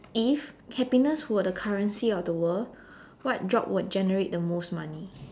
if happiness were the currency of the world what job would generate the most money